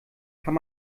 kann